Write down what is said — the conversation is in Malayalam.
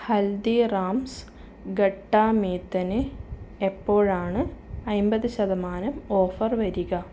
ഹൽദിറാംസ് ഖട്ടാ മീത്തന് എപ്പോഴാണ് അൻപത് ശതമാനം ഓഫർ വരിക